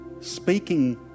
speaking